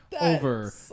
Over